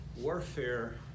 warfare